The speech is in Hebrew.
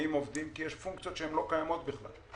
עובדים כי יש פונקציות שלא קיימות בכלל.